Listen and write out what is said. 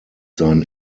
seinen